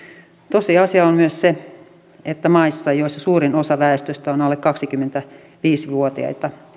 tosiasia on myös se että maissa joissa suurin osa väestöstä on alle kaksikymmentäviisi vuotiaita